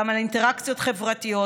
גם על אינטראקציות חברתיות,